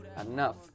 enough